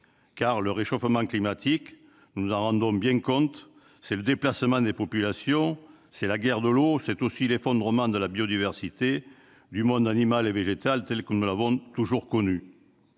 car le réchauffement climatique, nous nous en rendons bien compte, c'est le déplacement des populations, c'est la guerre de l'eau, c'est aussi l'effondrement de la biodiversité, du monde animal et végétal tel que nous l'avons toujours connu.